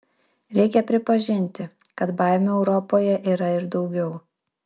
reikia pripažinti kad baimių europoje yra ir daugiau